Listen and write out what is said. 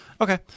Okay